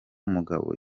mugabo